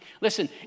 Listen